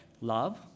love